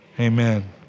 Amen